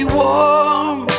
warm